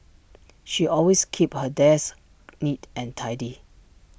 she always keeps her desk neat and tidy